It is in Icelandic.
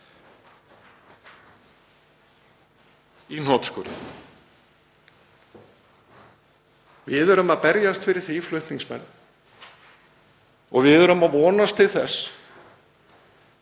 Í hnotskurn: Við erum að berjast fyrir því, flutningsmenn, og við erum að vonast til þess